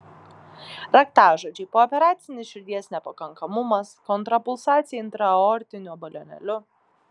raktažodžiai pooperacinis širdies nepakankamumas kontrapulsacija intraaortiniu balionėliu